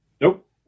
Nope